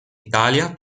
italia